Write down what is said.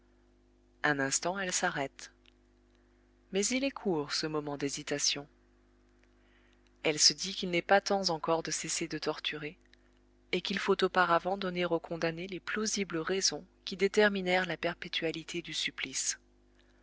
un instant elle s'arrête mais il est court ce moment d'hésitation elle se dit qu'il n'est pas temps encore de cesser de torturer et qu'il faut auparavant donner au condamné les plausibles raisons qui déterminèrent la perpétualité du supplice